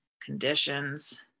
conditions